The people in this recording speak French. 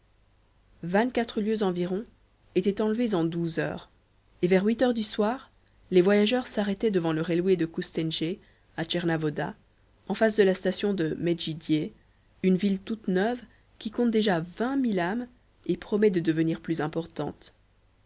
vingt-quatre lieues environ étaient enlevées en douze heures et vers huit heures du soir les voyageurs s'arrêtaient devant le railway de kustendjé a tchernavoda en face de la station de medjidié une ville toute neuve qui compte déjà vingt mille âmes et promet de devenir plus importante